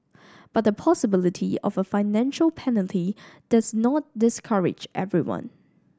but the possibility of a financial penalty does not discourage everyone